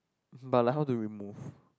but like how to remove